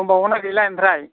दंबावो ना गैला आमफ्राइ